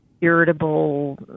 irritable